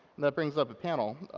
that brings up a panel.